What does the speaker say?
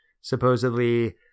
Supposedly